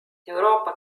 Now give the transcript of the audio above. euroopa